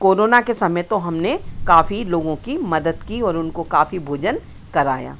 corona के समय तो हमने काफ़ी लोगों की मदद की और उनको काफ़ी भोजन कराया